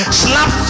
slap